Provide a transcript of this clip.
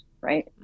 right